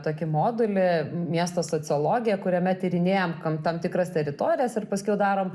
tokį modulį miesto sociologiją kuriame tyrinėjam kam tam tikras teritorijas ir paskiau darom